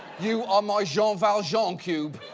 you are my jean valjean, um cube,